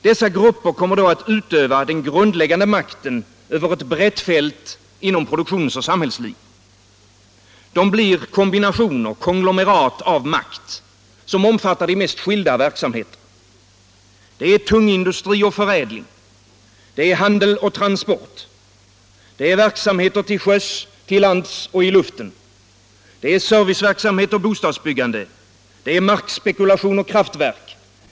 Dessa grupper kommer då att utöva den grundläggande makten över ett brett fält inom produktionsoch samhällsliv. De blir konglomerat av makt, omfattande de mest skilda verksamheter. Det är tungindustri och förädling. Det är handel och transport. Det är verksamheter till sjöss, till lands och i luften, det är serviceverksamhet och bostadsbyggande. Det är markspekulation och kraftverk.